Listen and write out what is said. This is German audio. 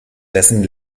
dessen